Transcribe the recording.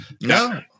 No